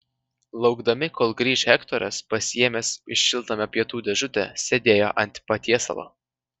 laukdami kol grįš hektoras pasiėmęs iš šiltnamio pietų dėžutę sėdėjo ant patiesalo